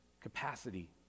capacity